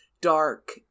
dark